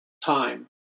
time